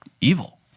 evil